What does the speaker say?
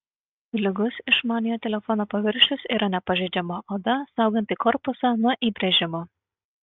lygus išmaniojo telefono paviršius yra nepažeidžiama oda sauganti korpusą nuo įbrėžimų